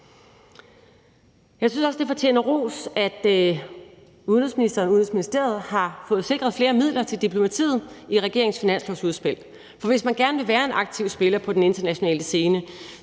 Jeg synes også, det fortjener ros, at udenrigsministeren og Udenrigsministeriet har fået sikret flere midler til diplomatiet i regeringens finanslovsudspil. For hvis man gerne vil være en aktiv spiller på den internationale scene,